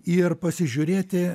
ir pasižiūrėti